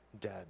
dead